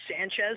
Sanchez